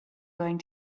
going